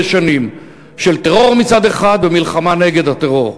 שנים של טרור מצד אחד ומלחמה נגד הטרור.